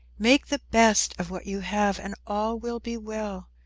make the best of what you have and all will be well.